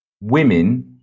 Women